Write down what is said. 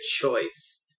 choice